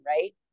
right